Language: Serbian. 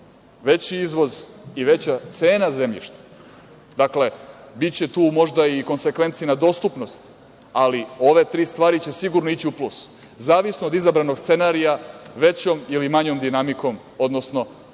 veći izvoz i veća cena zemljšta. Dakle, biće tu možda i konsekvenci na dostupnost, ali ove tri stvari će sigurno ići u plus. Zavisno od izabranog scenarija, većom ili manjom dinamikom, odnosno intenzitetom,